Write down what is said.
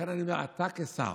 לכן אני אומר, אתה כשר,